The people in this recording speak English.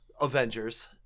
Avengers